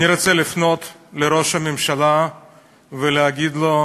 אני רוצה לפנות לראש הממשלה ולהגיד לו: